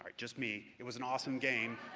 just me. it was an awesome game.